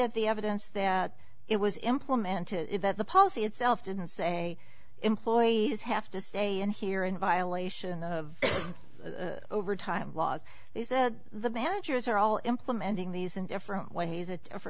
at the evidence that it was implemented that the policy itself didn't say employees have to stay in here in violation of overtime laws the managers are all implementing these in different ways at